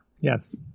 Yes